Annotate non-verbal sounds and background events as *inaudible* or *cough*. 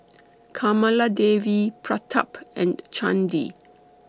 Kamaladevi Pratap and *noise* Chandi